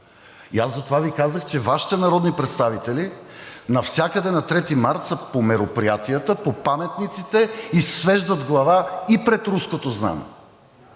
Затова Ви казах, че Вашите народни представители навсякъде на 3 март са по мероприятията, по паметниците и свеждат глава и пред руското знаме.